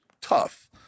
tough